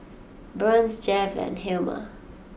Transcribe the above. Burns Jeff and Helmer